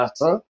better